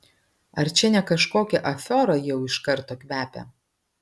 ar čia ne kažkokia afiora jau iš karto kvepia